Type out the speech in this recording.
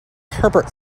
herbert